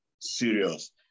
serious